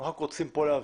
אנחנו רק רוצים כאן להבהיר